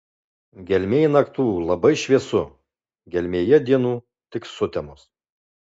gelmėj naktų labai šviesu gelmėje dienų tik sutemos